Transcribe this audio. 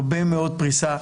הרבה מאוד פריסה,